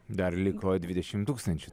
dar liko dvidešim tūkstančių